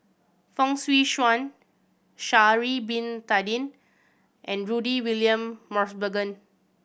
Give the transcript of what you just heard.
Fong Swee Suan Sha'ari Bin Tadin and Rudy William Mosbergen